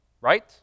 Right